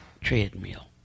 treadmill